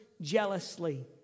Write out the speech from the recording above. jealously